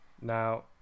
Now